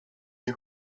nie